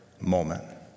moment